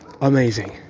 amazing